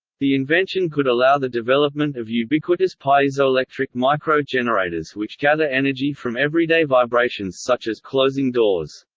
the invention could allow the development of ubiquitous piezoelectric micro-generators which gather energy from everyday vibrations such as closing doors.